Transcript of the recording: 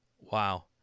Wow